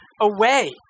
away